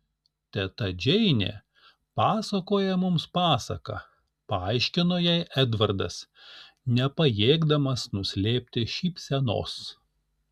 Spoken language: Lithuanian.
teta džeinė pasakoja mums pasaką paaiškino jai edvardas nepajėgdamas nuslėpti šypsenos